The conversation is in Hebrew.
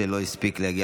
ההצעה להעביר